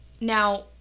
now